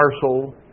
parcel